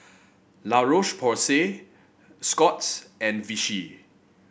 La Roche Porsay Scott's and Vichy